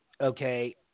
okay